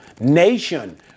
nation